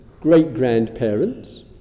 great-grandparents